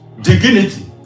dignity